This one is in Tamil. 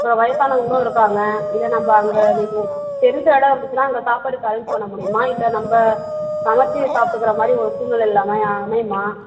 அப்புறம் வயசானவங்களும் இருக்காங்க இல்லை நம்ம அங்கே தெரிஞ்ச இடம் இருந்துச்சுனா அங்கே சாப்பாட்டுக்கு அரேஞ்ச் பண்ண முடியுமா இல்லை நம்ம சமைத்து சாப்பிட்டுக்குற மாதிரி ஒரு சூல்நெலை அமையுமா